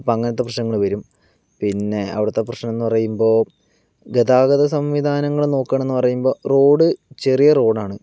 അപ്പൊൾ അങ്ങനത്തെ പ്രശ്നങ്ങൾ വരും പിന്നെ അവിടുത്തെ പ്രശ്നം എന്ന് പറയുമ്പോൾ ഗതാഗത സംവിധാങ്ങൾ നോക്കുവാണ് എന്ന് പറയുമ്പോൾ റോഡ് ചെറിയ റോഡാണ്